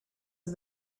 and